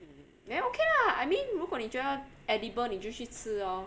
mm then okay lah I mean 如果你觉得 edible 你就去吃 orh